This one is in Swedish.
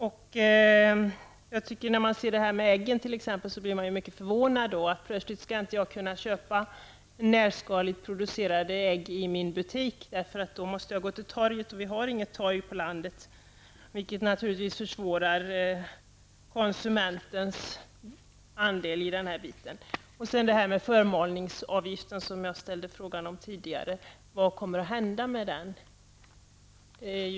Man blir t.ex. förvånad över det som händer med äggförsäljningen. Jag skall plötsligt inte få köpa närproducerade ägg i min butik. För att kunna göra det måste jag ''gå till torget'', och vi har inget torg på landet. Detta försvårar naturligtvis för konsumenten i detta sammanhang. Jag ställde tidigare frågan vad som kommer att hända med förmalningsavgiften.